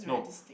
no